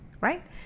right